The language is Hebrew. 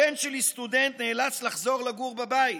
הבן שלי, סטודנט, נאלץ לחזור לגור בבית.